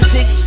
Six